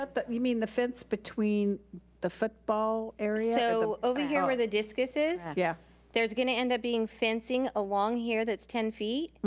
but you mean the fence between the football area so over here where the discus is, yeah there's gonna end up being fencing along here that's ten feet,